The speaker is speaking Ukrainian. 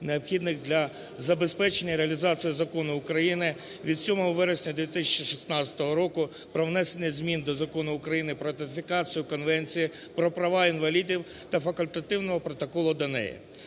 необхідних для забезпечення реалізації Закону України від 7 вересня 2016 року "Про внесення змін до Закону України про ратифікацію Конвенції про права інвалідів та Факультативного протоколу до